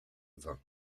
vin